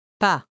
Pas